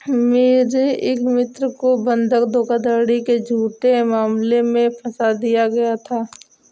मेरे एक मित्र को बंधक धोखाधड़ी के झूठे मामले में फसा दिया गया था